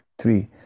Three